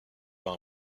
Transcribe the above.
par